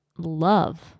love